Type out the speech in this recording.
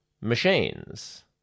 machines